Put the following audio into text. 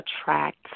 attract